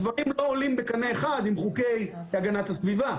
הדברים לא עולים בקנה אחד עם חוקי הגנת הסביבה.